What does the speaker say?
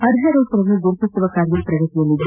ಅರ್ಹ ರೈತರನ್ನು ಗುರುತಿಸುವ ಕಾರ್ಯ ಪ್ರಗತಿಯಲ್ಲಿದೆ